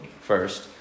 first